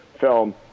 film